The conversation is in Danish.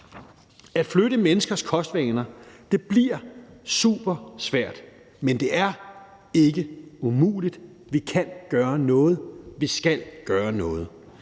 At flytte menneskers kostvaner bliver supersvært, men det er ikke umuligt. Vi kan gøre noget; vi skal gøre noget.